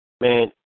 Man